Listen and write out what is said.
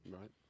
right